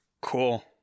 Cool